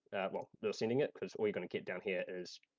well not sending it, cause all you're gonna get down here is,